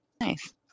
Nice